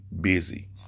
busy